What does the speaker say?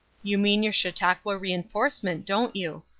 you mean your chautauqua reinforcement, don't you?